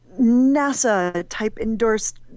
NASA-type-endorsed